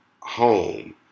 home